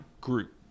group